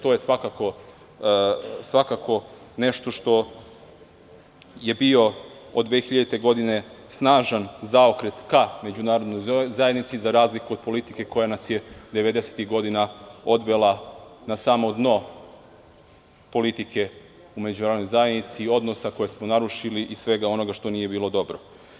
To je svakako bio od 2000. godine snažan zaokret ka međunarodnoj zajednici, za razliku od politike koja nas je 90-ih godina odvela na samo dno politike u međunarodnoj zajednici, odnosa koje smo narušili i svega onoga što nije bilo dobro.